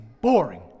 boring